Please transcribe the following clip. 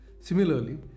similarly